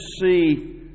see